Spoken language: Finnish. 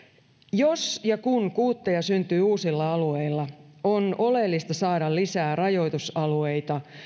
jos ja kun kuutteja syntyy uusilla alueilla on oleellista saada lisää rajoitusalueita